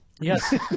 Yes